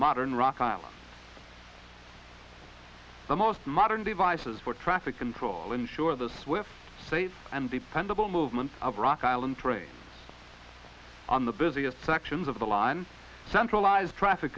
modern rock are the most modern devices for traffic control ensure the swift saves and dependable movement of rock island trains on the busiest sections of the line centralized traffic